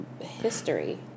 history